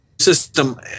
system